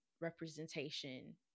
representation